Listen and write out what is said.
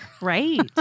right